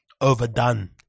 overdone